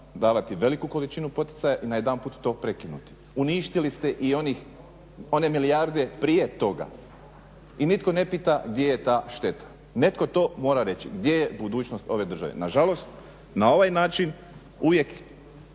davati veliku količinu poticaja i najedanput to prekinuti. Uništili ste i one milijarde prije toga i nitko ne pita gdje je ta šteta. Netko to mora reći gdje je budućnost ove države. Nažalost, na ovaj način uvijek